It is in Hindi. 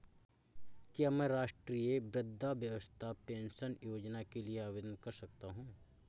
क्या मैं राष्ट्रीय वृद्धावस्था पेंशन योजना के लिए आवेदन कर सकता हूँ?